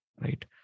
right